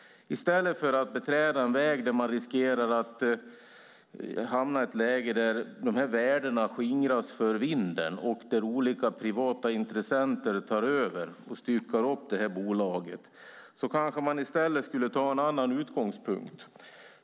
I stället för att beträda en väg som riskerar att leda till att dessa värden skingras för vinden och att olika privata intressenter tar över och styckar upp bolaget borde man ta en annan utgångspunkt.